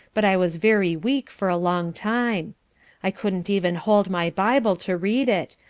but i was very weak for a long time i couldn't even hold my bible to read it,